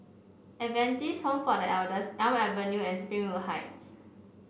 Adventist Home for The Elders Elm Avenue and Springwood Heights